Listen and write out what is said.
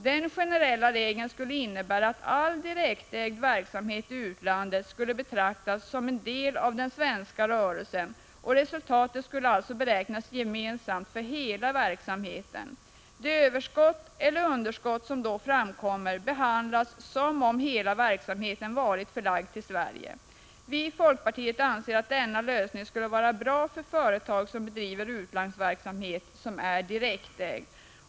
Denna generella regel skulle innebära att all direktägd verksamhet i utlandet skulle betraktas som en del av den svenska rörelsen, Resultatet skulle alltså beräknas gemensamt för hela verksamheten. Det överskott eller underskott som då framkommer behandlas som om hela verksamheten varit förlagd till Sverige. Vi i folkpartiet anser att denna lösning skulle vara bra för företag som bedriver utlandsverksamhet som är direktägd.